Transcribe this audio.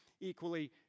equally